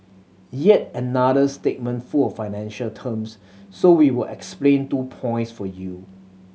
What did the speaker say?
yet another statement full of financial terms so we will explain two points for you